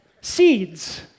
seeds